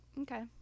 okay